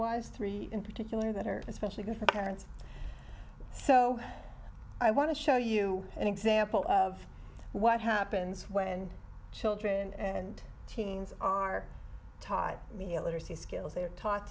was three in particular that are especially good for parents so i want to show you an example of what happens when children and teens are taught me a literacy skills they are taught